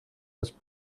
was